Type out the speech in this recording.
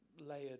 layered